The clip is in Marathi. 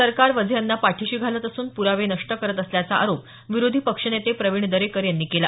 सरकार वझे यांना पाठीशी घालत असून प्रावे नष्ट करत असल्याचा आरोप विरोधी पक्षनेते प्रवीण दरेकर यांनी केला